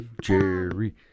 Jerry